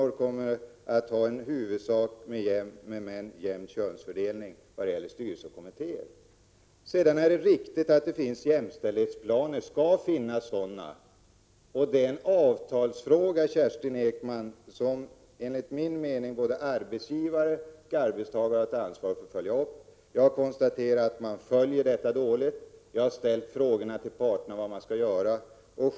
Det kommer att bli en jämn könsfördelning mellan män och kvinnor i styrelser och kommittéer. Det skall finnas jämställdhetsplaner i myndigheterna. Det är resultatet av 81 en avtalsförhandling, Kerstin Ekman. Jag menar att både arbetsgivare och arbetstagare har ett ansvar för att följa upp avtalet. Jag konstaterar att man följer upp detta dåligt. Jag har ställt frågan till parterna vad man skall göra.